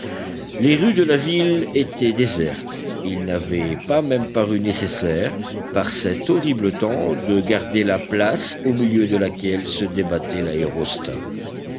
les rues de la ville étaient désertes il n'avait pas même paru nécessaire par cet horrible temps de garder la place au milieu de laquelle se débattait l'aérostat